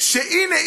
שהינה,